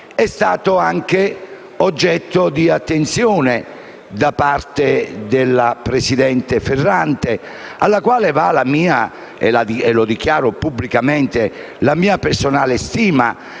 è stato anche oggetto di attenzione da parte della presidente Ferranti, alla quale vanno - lo dichiaro pubblicamente - la mia personale stima